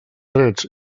drets